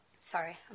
sorry